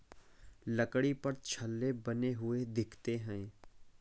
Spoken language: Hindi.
लकड़ी पर छल्ले बने हुए दिखते हैं